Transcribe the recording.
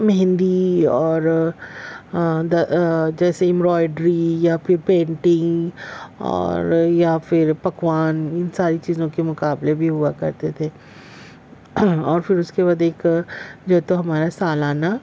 مہندی اور جیسے امراؤڈری یا پھر پینٹنگ اور یا پھر پکوان ان ساری چیزوں کے مقابلے بھی ہوا کرتے تھے ہاں اور پھر اس کے بعد ایک یا تو ہمارا سالانہ